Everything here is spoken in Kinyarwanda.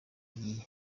iyi